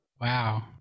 Wow